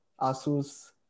Asus